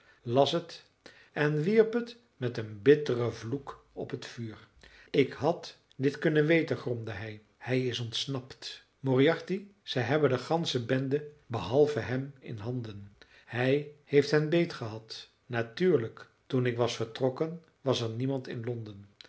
las het en wierp het met een bitteren vloek op het vuur ik had dit kunnen weten gromde hij hij is ontsnapt moriarty zij hebben de gansche bende behalve hem in handen hij heeft hen beet gehad natuurlijk toen ik was vertrokken was er niemand in londen